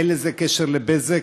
אין לזה קשר לבזק,